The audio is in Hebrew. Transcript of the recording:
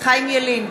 חיים ילין,